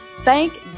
Thank